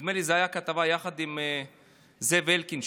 נדמה לי שזו הייתה כתבה יחד עם זאב אלקין,